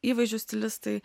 įvaizdžio stilistai